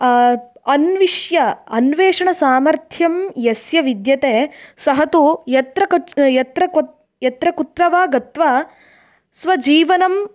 अन्विष्य अन्वेषणसामर्थ्यं यस्य विद्यते सः तु यत्र कच् यत्र कुत्र यत्र कुत्र वा गत्वा स्वजीवनं